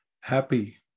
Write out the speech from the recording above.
happy